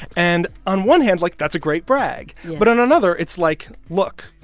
and on one hand, like, that's a great brag but on another, it's like, look.